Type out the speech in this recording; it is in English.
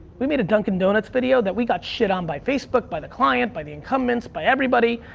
we made a dunkin' donuts video that we got shit on by facebook, by the client, by the incumbents, by everybody,